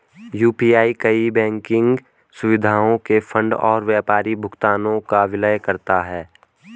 UPI कई banking सुविधाओं के फंड और व्यापारी भुगतानों को विलय करता है